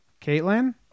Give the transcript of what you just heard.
Caitlin